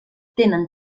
tenen